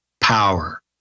power